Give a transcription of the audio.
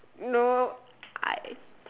no I